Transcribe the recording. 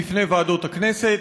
בפני ועדות הכנסת.